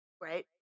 Right